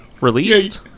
released